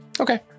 okay